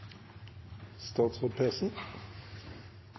statsråd